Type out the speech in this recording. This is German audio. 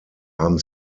haben